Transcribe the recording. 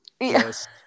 Yes